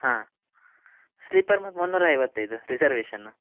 ಹಾಂ ಸ್ಲೀಪರ್ ಮ ಮುನ್ನೂರು ಐವತ್ತೈದು ರಿಸರ್ವೆಷನ್